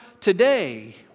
today